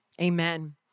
Amen